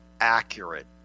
accurate